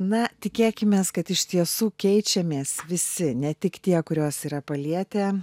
na tikėkimės kad iš tiesų keičiamės visi ne tik tie kuriuos yra palietę